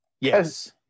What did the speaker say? Yes